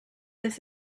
this